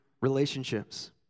relationships